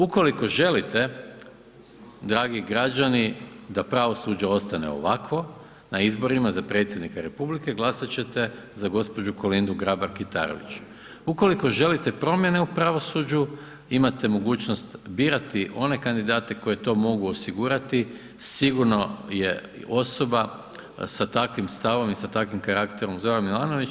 Ukoliko želite dragi građani da pravosuđe ostane ovakvo na izborima za predsjednika republike glasati ćete za gđu. Kolindu Grabar Kitarović, ukoliko želite promjene u pravosuđu imate mogućnosti birati one kandidate koji to mogu osigurati, sigurno je osoba sa takvim stavom i sa takvim karakterom Zoran Milanović.